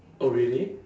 oh really